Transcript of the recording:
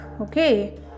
okay